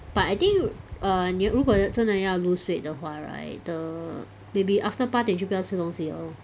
but I think err 你如果真的要 lose weight 的话 right the maybe after 八点不要吃东西 liao lor